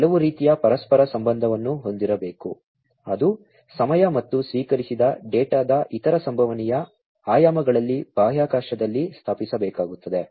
ಕೆಲವು ರೀತಿಯ ಪರಸ್ಪರ ಸಂಬಂಧವನ್ನು ಹೊಂದಿರಬೇಕು ಅದು ಸಮಯ ಮತ್ತು ಸ್ವೀಕರಿಸಿದ ಡೇಟಾದ ಇತರ ಸಂಭವನೀಯ ಆಯಾಮಗಳಲ್ಲಿ ಬಾಹ್ಯಾಕಾಶದಲ್ಲಿ ಸ್ಥಾಪಿಸಬೇಕಾಗುತ್ತದೆ